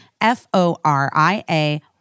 F-O-R-I-A